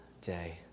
day